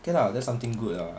okay lah that's something good ah